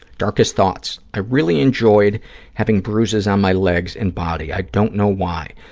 darkest thoughts. i really enjoy having bruises on my legs and body. i don't know why.